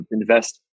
invest